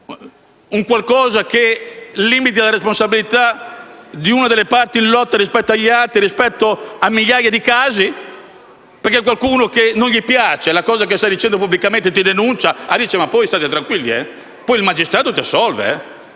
un qualcosa che limiti la responsabilità di una delle parti in lotta rispetto alle altre, rispetto a migliaia di casi, perché qualcuno a cui non piace ciò che stai dicendo pubblicamente ti denuncia? Si dice di stare